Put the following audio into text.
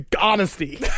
honesty